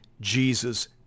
Jesus